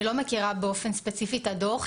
אני לא מכירה באופן ספציפי את הדוח.